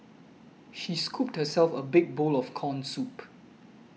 she scooped herself a big bowl of Corn Soup